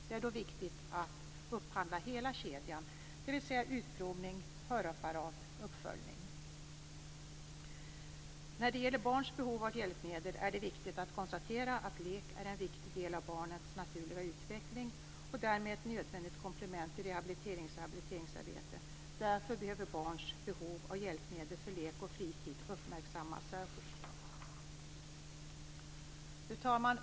Det är då viktigt att upphandla hela kedjan, dvs. utprovning, hörapparat och uppföljning. När det gäller barns behov av hjälpmedel är det viktigt att konstatera att lek är en viktig del av barnets naturliga utveckling och därmed ett nödvändigt komplement i rehabiliterings och habiliteringsarbetet. Därför behöver barnens behov av hjälpmedel för lek och fritid uppmärksammas särskilt. Fru talman!